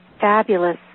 fabulous